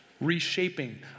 reshaping